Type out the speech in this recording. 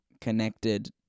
connected